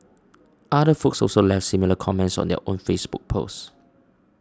other folks also left similar comments on their own Facebook post